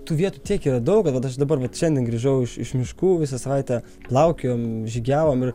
tų vietų tiek yra daug kad vat aš dabar vat šiandien grįžau iš iš miškų visą savaitę plaukiojom žygiavom ir